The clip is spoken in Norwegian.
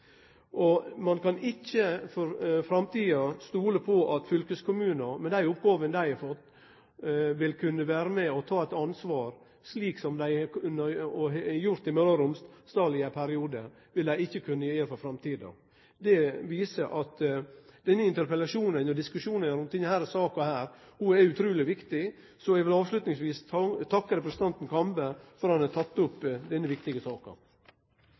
kan ein ikkje stole på at fylkeskommunane, med dei oppgåvene dei har fått, vil kunne vere med og ta eit ansvar, slik som dei har gjort i Møre og Romsdal i ein periode. Det viser at denne interpellasjonen og diskusjonen om denne saka er utruleg viktig. Eg vil avslutningsvis takke representanten Kambe for at han har teke opp denne viktige saka.